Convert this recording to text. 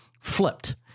flipped